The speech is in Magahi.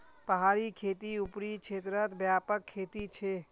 पहाड़ी खेती ऊपरी क्षेत्रत व्यापक खेती छे